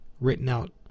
written-out